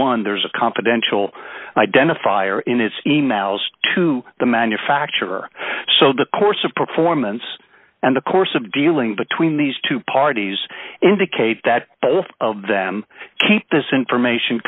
one there is a confidential identifier in its e mails to the manufacturer so the course of performance and the course of dealing between these two parties indicate that both of them keep this information